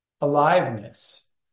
aliveness